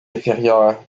inférieure